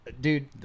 dude